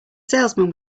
salesman